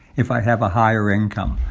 if i have a higher income,